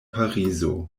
parizo